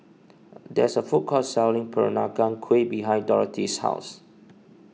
there is a food court selling Peranakan Kueh behind Dorthy's house